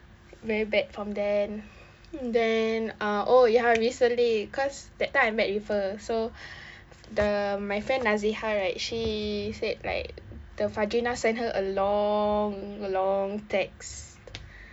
very bad from then then ah oh ya recently cause that time I met with her so the my friend naziha right she said like the fadreena sent her a long long text